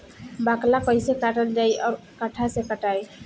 बाकला कईसे काटल जाई औरो कट्ठा से कटाई?